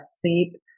sleep